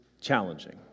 challenging